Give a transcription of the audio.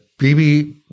BB